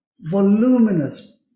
voluminous